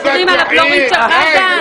מדברים על הבלורית של חזן?